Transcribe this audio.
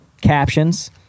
Captions